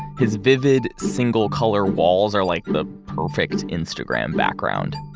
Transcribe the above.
his vivid, single color walls are like the perfect instagram background.